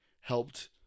helped